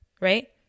Right